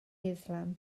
islam